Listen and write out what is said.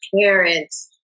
parents